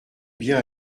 bien